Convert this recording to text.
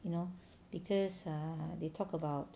you know because err they talk about